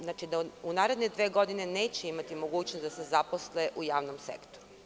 Znači, da u naredne dve godine neće imati mogućnost da se zaposle u javnom sektoru.